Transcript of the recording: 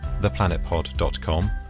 theplanetpod.com